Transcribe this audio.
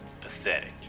Pathetic